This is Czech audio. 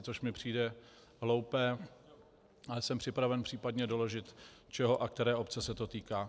Což mi přijde hloupé, ale jsem připraven případně doložit čeho a které obce se to týká.